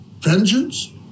Vengeance